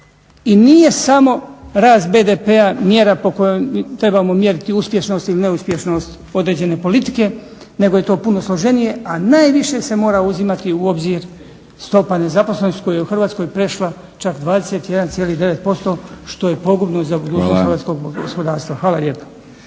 i nije samo rast BDP mjera po kojoj trebamo mjeriti uspješnost ili neuspješnost određene politike, nego je to puno složenije, a najviše se mora uzimati u obzir stopa nezaposlenosti koja je u Hrvatskoj prešla čak 21,9% što je pogubno za budućnost hrvatskog gospodarstva. Hvala lijepa.